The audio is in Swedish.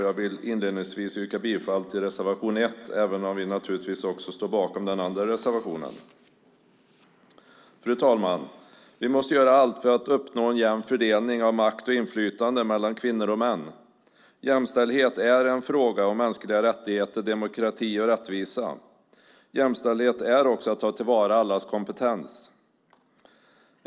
Jag vill inledningsvis yrka bifall till reservation 1, även om vi naturligtvis också står bakom den andra reservationen. Fru talman! Vi måste göra allt för att uppnå en jämn fördelning av makt och inflytande mellan kvinnor och män. Jämställdhet är en fråga om mänskliga rättigheter, demokrati och rättvisa. Jämställdhet är också att ta till vara allas kompetens.